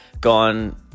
gone